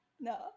No